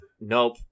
nope